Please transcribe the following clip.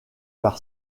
par